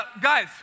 guys